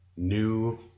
New